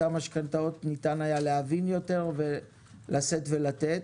המשכנתאות ניתן היה להבין יותר ולשאת ולתת.